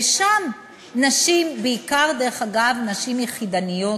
ושם נשים, בעיקר, דרך אגב, נשים יחידניות,